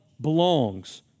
belongs